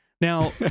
Now